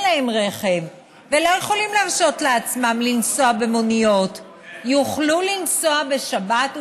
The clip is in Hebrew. להם רכב ולא יכולים להרשות לעצמם לנסוע במוניות יוכלו לנסוע בשבת,